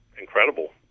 Incredible